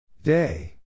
day